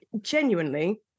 genuinely